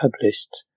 published